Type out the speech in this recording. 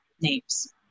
names